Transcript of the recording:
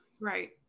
Right